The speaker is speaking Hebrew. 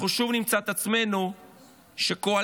אנחנו שוב נמצא את עצמנו בכך שהקואליציה,